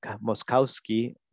Moskowski